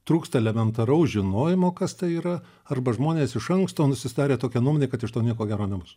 trūksta elementaraus žinojimo kas tai yra arba žmonės iš anksto nusistatę tokią nuomonę kad iš to nieko gero nebus